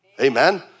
Amen